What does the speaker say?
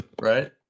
Right